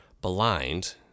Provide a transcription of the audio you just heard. blind